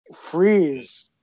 freeze